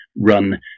run